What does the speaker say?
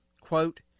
quote